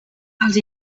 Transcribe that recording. els